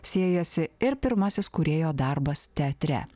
siejasi ir pirmasis kūrėjo darbas teatre